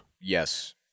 yes